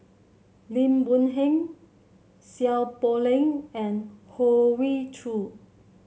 Lim Boon Heng Seow Poh Leng and Hoey Choo